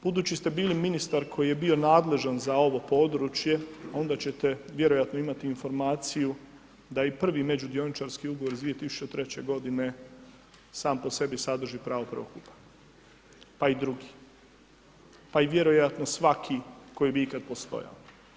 Budući ste bili ministar koji je bio nadležan za ovo područje onda ćete vjerojatno imati informaciju da je i prvi međudioničarski ugovor iz 2003. godine sam po sebi sadrži pravo prvokupa, pa i drugi, pa i vjerojatno svaki koji bi ikad postojao.